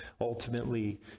ultimately